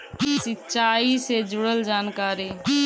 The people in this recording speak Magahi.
सिंचाई से जुड़ल जानकारी?